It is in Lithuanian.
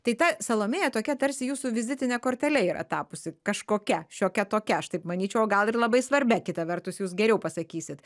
tai ta salomėja tokia tarsi jūsų vizitine kortele yra tapusi kažkokia šiokia tokia aš taip manyčiau o gal ir labai svarbia kita vertus jūs geriau pasakysit